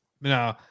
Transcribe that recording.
No